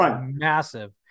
massive